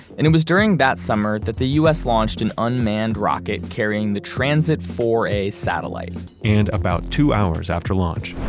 and it was during that summer that the u s. launched an unmanned rocket carrying the transit four a satellite and about two hours after launch,